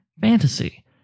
fantasy